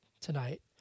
tonight